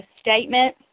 statement